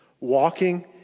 Walking